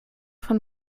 von